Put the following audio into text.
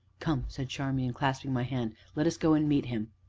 come, said charmian, clasping my hand, let us go and meet him.